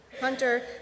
Hunter